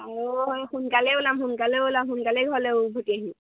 অ' সোনকালে ওলাম সোনকালে ওলাম সোনকালে ঘৰলে উভতি আহিম